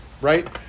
right